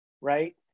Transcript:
right